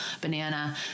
banana